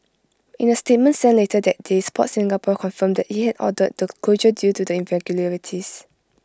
in A statement sent later that day Sport Singapore confirmed that IT had ordered the closure due to the irregularities